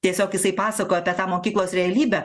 tiesiog jisai pasakojo apie tą mokyklos realybę